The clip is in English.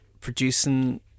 producing